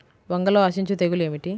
వంగలో ఆశించు తెగులు ఏమిటి?